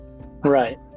Right